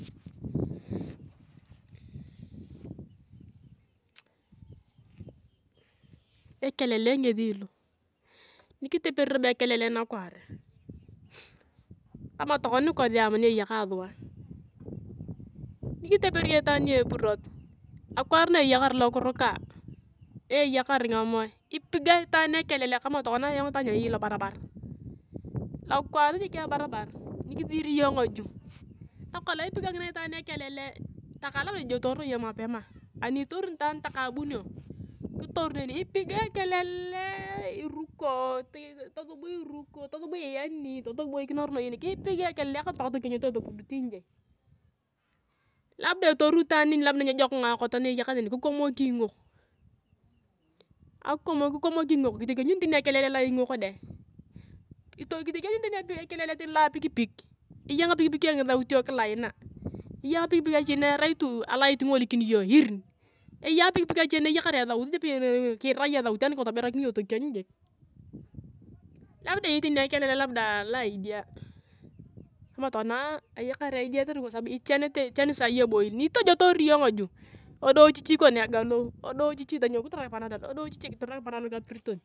Ekelele igesi loko, nyikiteperi robo ekelele nakwaare, kama tokona nikosi ni egakae sua, nyikiteri iyong itaan ni epurot. Avwaar na eyakar lokuruka, na eyakar ngamoa, ipigae itaan ekelele, kama tokona ayong itaan ni ayei labarabar, lokwas jik ebarabar, nyikisiri iyong ngaju nakolong ipigakinea itoan ekelele, takae labda ijotoori iyong mapema anitoruni itaan anitakae albino, kitoru neni, ipigae ekelele irukoo, tosib irukoo yaani, tosub iyani tolot kibeikini nato na ikani nen, kipiga ekelele kanoni paka tokienyut esi topudut inje labda etoru itaan neni labda nyejok ngakot na eyakisi neni kikomok ingok. Kikomok ingok kitiekenyuni tene ekelele loa ingok dae. kitiekenyuni tani ekelele loa pikipik, eyaa ngapikio ngisautio kila aina, eyeia apikpik ache na arai alait tu alait ingolikini iyong irrr! Eyei apik pik ache na eyakar esaut napei kira iyong esaut anikalonon, toberakin iyong tokieny jik. labda eyei tani ekelele labda loa aidia, kotere ayakar ayong idia kotere ichanete ichani tokoma, eboil nikitojoori iyong ngaju kona ekalou, tonyou kiturak panadol, wadiochichi kiturak panadol ka piriton.